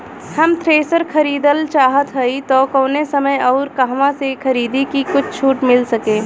हम थ्रेसर खरीदल चाहत हइं त कवने समय अउर कहवा से खरीदी की कुछ छूट मिल सके?